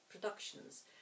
productions